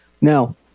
Now